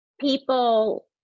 people